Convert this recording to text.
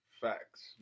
Facts